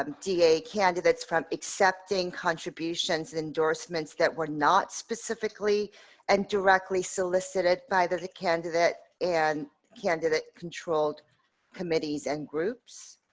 um da candidates from accepting contributions endorsements that we're not specifically and directly solicited by the the candidate and handed it controlled committees and groups.